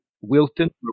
Wilton